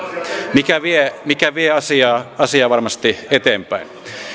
mikä vie mikä vie asiaa varmasti eteenpäin